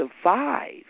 survive